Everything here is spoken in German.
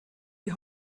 die